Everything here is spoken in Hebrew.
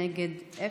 נגד,